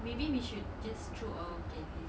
maybe we should just throw all our candies